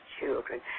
children